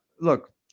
look